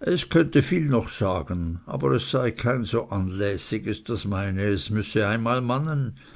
es könnte viel noch sagen aber es sei kein so anlässiges das meine es müsse einmal mannen